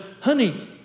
Honey